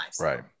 right